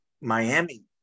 Miami